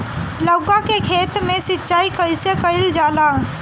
लउका के खेत मे सिचाई कईसे कइल जाला?